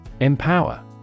Empower